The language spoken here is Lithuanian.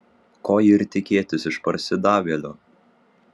ko ir tikėtis iš parsidavėlio